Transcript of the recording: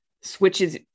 switches